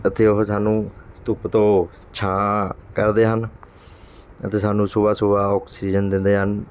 ਅਤੇ ਉਹ ਸਾਨੂੰ ਧੁੱਪ ਤੋਂ ਛਾਂ ਕਰਦੇ ਹਨ ਅਤੇ ਸਾਨੂੰ ਸੁਬਹਾ ਸੁਬਹਾ ਔਕਸੀਜਨ ਦਿੰਦੇ ਹਨ